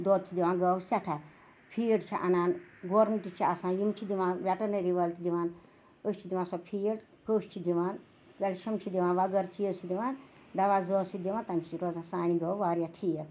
دۄد چھِ دِوان گٲوٕ سٮ۪ٹھاہ فیٖڈ چھِ اَنان گورُن تہِ چھِ آسان یِم چھِ دِوان وٮ۪ٹَنٔری وٲلۍ دِوان أسۍ چھِ دِوان سۄ فیٖڈ کٔش چھِ دِوان کٮ۪لشَم چھِ دِوان وغٲر چیٖز چھِ دِوان دَوا زٲژ چھِ دِوان تَمہِ سۭتۍ روزان سانہِ گٲوٕ واریاہ ٹھیٖک